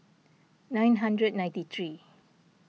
nine hundred ninety three